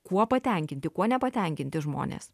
kuo patenkinti kuo nepatenkinti žmonės